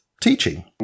teaching